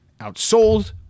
outsold